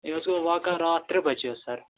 یہِ حظ گوٚو واقعا راتھ ترٛےٚ بَجے حظ سَر